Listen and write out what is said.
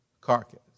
carcass